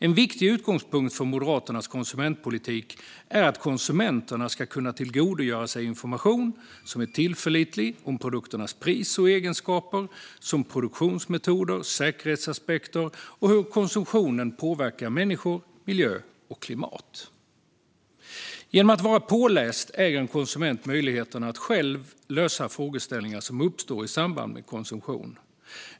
En viktig utgångspunkt för Moderaternas konsumentpolitik är att konsumenterna ska kunna tillgodogöra sig information som är tillförlitlig om produkternas pris och egenskaper samt om produktionsmetoder, säkerhetsaspekter och hur konsumtionen påverkar människor, miljö och klimat. Genom att vara påläst äger en konsument möjligheten att själv lösa frågeställningar som uppstår i samband med konsumtion.